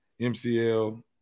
MCL